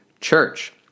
church